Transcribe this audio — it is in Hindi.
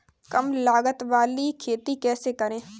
कम लागत वाली खेती कैसे करें?